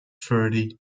verdi